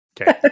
Okay